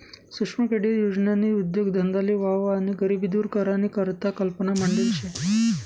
सुक्ष्म क्रेडीट योजननी उद्देगधंदाले वाव आणि गरिबी दूर करानी करता कल्पना मांडेल शे